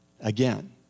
Again